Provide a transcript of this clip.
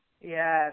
Yes